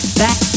back